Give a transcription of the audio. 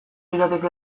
lirateke